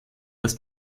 dass